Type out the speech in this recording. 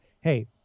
hey